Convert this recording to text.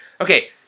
Okay